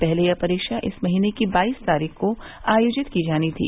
पहले यह परीक्षा इस महीने की बाईस तारीख को आयोजित की जानी थी